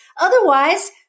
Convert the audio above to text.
Otherwise